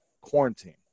quarantine